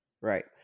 Right